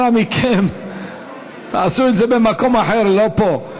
אנא מכם, תעשו את זה במקום אחר, לא פה.